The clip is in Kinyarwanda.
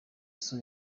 sol